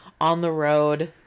on-the-road